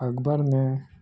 اکبر میں